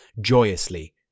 joyously